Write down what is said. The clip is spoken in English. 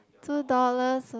two dollars